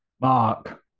Mark